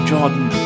Jordan